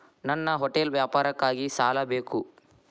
ನನ್ನ ಹೋಟೆಲ್ ವ್ಯಾಪಾರಕ್ಕಾಗಿ ಸಾಲ ಬೇಕು